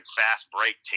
fast-break